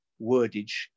wordage